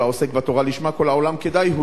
בתורה לשמה כל העולם כדאי הוא לו,